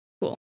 cool